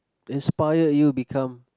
inspire you become